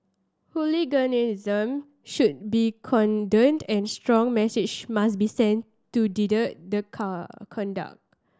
hooliganism should be condoned and a strong message must be sent to deter the car conduct